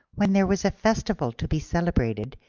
when there was a festival to be celebrated,